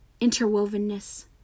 interwovenness